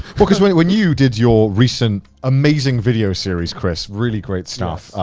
but cause when when you did your recent, amazing video series chris, really great stuff,